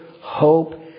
hope